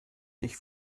dich